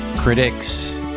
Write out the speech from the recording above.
critics